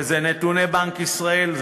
וזה נתוני בנק ישראל,